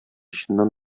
чыннан